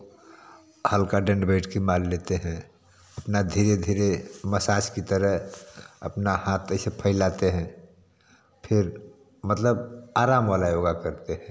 हल्का दंड बैठकी मार लेते हैं अपना धीरे धीरे मसाज की तरेह अपना हाथ ऐसे फैलते हैं फिर मतलब आराम वाला योग करते हैं